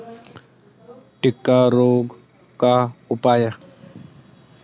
टिक्का रोग का उपाय?